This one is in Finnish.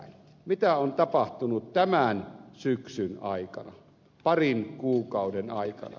mitä on tapahtunut tämän syksyn aikana parin kuukauden aikana